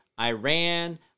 Iran